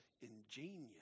ingenious